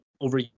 over